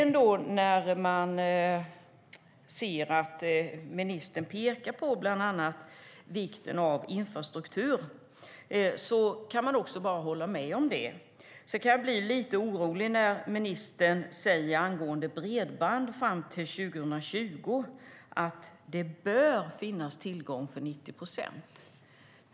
När ministern pekar på vikten av infrastruktur kan man bara hålla med om det. Jag kan dock bli lite orolig över det som ministern säger angående bredband fram till 2020, att 90 procent av alla hushåll och företag bör ha tillgång till det.